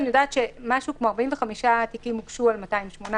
אני יודעת שכ-45 תיקים הוגשו על עבירות על